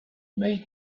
made